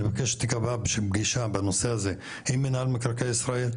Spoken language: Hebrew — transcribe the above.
אני מבקש שתקבע פגישה בנושא הזה עם מנהל מקרקעי ישראל,